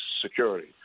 security